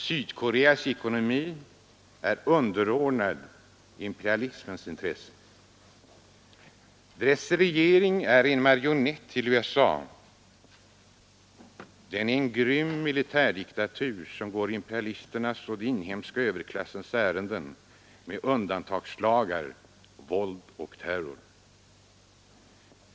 Sydkoreas ekonomi är underordnad imperialismens intressen. Dess regering är en marionett till USA. Den är en grym militärdiktatur som går imperialisternas och den inhemska överklassens ärenden med undantagslagar, våld och terror.